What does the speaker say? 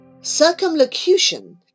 Circumlocution